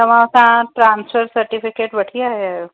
तव्हां हुतां transfer certificate वठी आया आहियो